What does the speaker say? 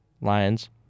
Lions